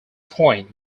point